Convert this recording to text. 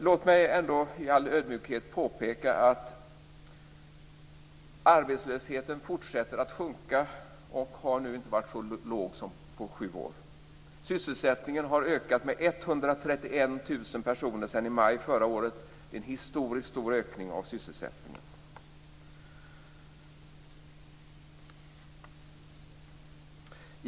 Låt mig ändå i all ödmjukhet påpeka att arbetslösheten fortsätter att sjunka. Den har inte varit så låg på sju år. Sysselsättningen har ökat med 131 000 personer sedan maj förra året. Det är en historisk ökning av sysselsättningen.